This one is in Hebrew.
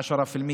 10%,